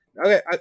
okay